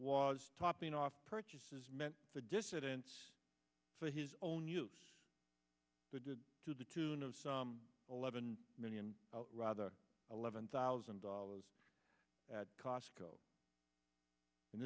was topping off purchases meant the dissidents for his own use the did to the tune of eleven million rather eleven thousand dollars at costco